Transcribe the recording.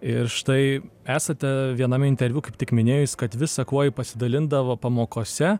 ir štai esate viename interviu kaip tik minėjus kad visa kuo ji pasidalindavo pamokose